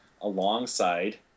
alongside